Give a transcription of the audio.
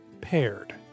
Paired